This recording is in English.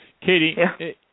Katie